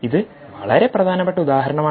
ഇത് വളരെ പ്രധാനപ്പെട്ട ഉദാഹരണമാണ്